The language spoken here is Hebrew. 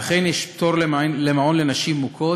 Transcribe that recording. ואכן יש פטור למעון לנשים מוכות,